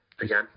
again